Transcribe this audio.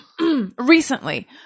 recently